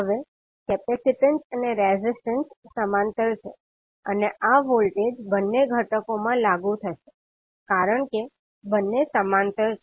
હવે કેપેસિટીન્સ અને રેઝિસ્ટન્સ સમાંતર છે અને આ વોલ્ટેજ બંને ઘટકોમાં લાગુ થશે કારણ કે બંને સમાંતર છે